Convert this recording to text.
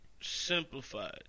simplified